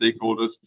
stakeholders